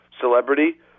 celebrity